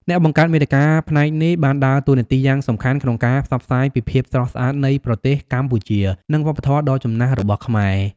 អ្នកបង្កើតមាតិកាផ្នែកនេះបានដើរតួនាទីយ៉ាងសំខាន់ក្នុងការផ្សព្វផ្សាយពីភាពស្រស់ស្អាតនៃប្រទេសកម្ពុជា និងវប្បធម៌ដ៏ចំណាស់របស់ខ្មែរ។